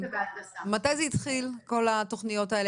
מתי זה התחיל כל התוכניות האלה?